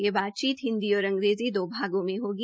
यह बातचीत हिन्दी और अंग्रेजी दो भागों में होगी